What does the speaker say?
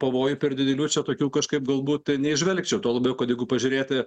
pavojų per didelių čia tokių kažkaip galbūt neįžvelgčiau tuo labiau kad jeigu pažiūrėti